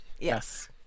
yes